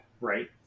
Right